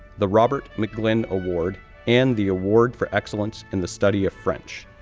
the robert mcglynn award and the award for excellence in the study of french,